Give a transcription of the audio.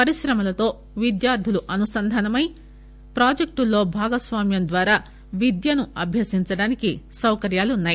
పరిశ్రమలతో విద్యార్దులు అనుసంధానమై ప్రాజెక్టుల్లో భాగస్వామ్యం ద్వారా విద్యను అభ్యసించడానికి సౌకర్యాలు ఉన్నాయి